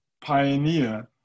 pioneer